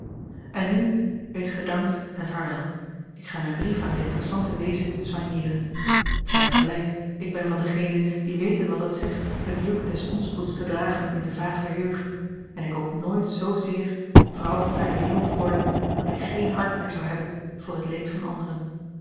en nu wees gedankt en vaarwel ik ga mijn brief aan de interessante weeze soigneeren gij hebt gelijk ik ben van degenen die weten wat het zegt het juk des onspoeds te dragen in de vaag der jeugd en ik hoop nooit zzeer vrouw naar de wereld te worden dat ik geen hart meer zou hebben voor het leed van anderen